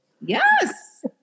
Yes